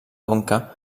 conca